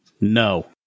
No